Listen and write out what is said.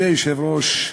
מכובדי היושב-ראש,